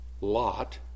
Lot